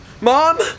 Mom